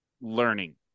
learning